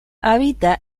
habita